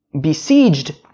besieged